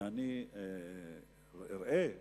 ואני אראה מחר,